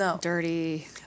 dirty